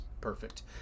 Perfect